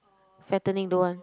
fattening don't want